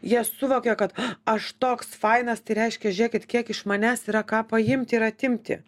jie suvokia kad aš toks fainas tai reiškia žiūrėkit kiek iš manęs yra ką paimti ir atimti